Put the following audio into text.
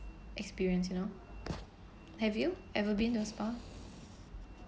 experience you know have you ever been to a spa